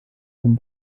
zum